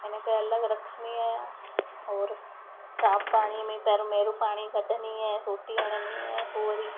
इन करे अलॻि रखंदी आहियां और साफ़ पाणीअ में पहिरियो मेरो पाणी कढंदी आहियां सोटी हणंदी आहियां पोइ वरी